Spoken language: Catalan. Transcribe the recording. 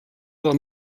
del